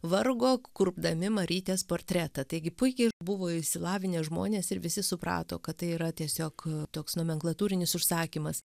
vargo kurpdami marytės portretą taigi puikiai buvo išsilavinę žmonės ir visi suprato kad tai yra tiesiog toks nomenklatūrinis užsakymas